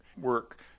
work